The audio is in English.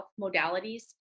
modalities